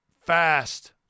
Fast